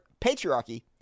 patriarchy